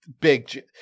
Big